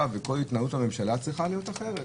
והתנהלות הממשלה צריכה להיות אחרת.